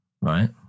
Right